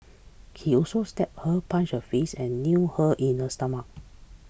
he also slapped her punched her face and kneed her in the stomach